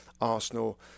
Arsenal